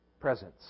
presence